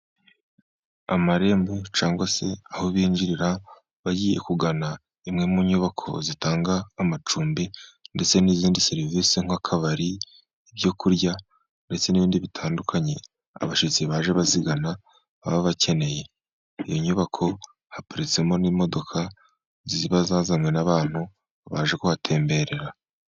Amarembo cyangwa se aho binjirira bagiye kugana imwe mu nyubako zitanga amacumbi, ndetse n'izindi serivisi nk'akabari, ibyo kurya, ndetse n'ibindi bitandukanye abashitsi baje bazigana baba bakeneye. Iyo nyubako haparitsemo n'imodoka ziba zazanywe n'abantu baje kuhatemberera.